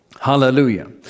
Hallelujah